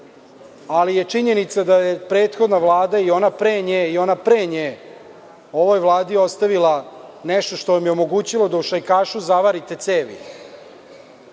ali je činjenica da je prethodna Vlada i ona pre nje, i ona pre nje, ovoj Vladi ostavila nešto što im je omogućilo da u Šajkašu zavarite cevi.